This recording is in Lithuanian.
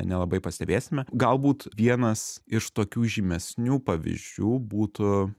nelabai pastebėsime galbūt vienas iš tokių žymesnių pavyzdžių būtų